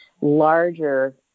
larger